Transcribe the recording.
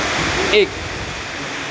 एक